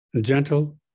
gentle